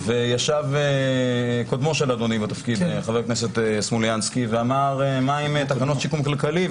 ישב קודמו של אדוני בתפקיד ושאל מה עם תקנות שיקום כלכלי.